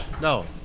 No